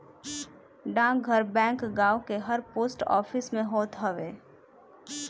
डाकघर बैंक गांव के हर पोस्ट ऑफिस में होत हअ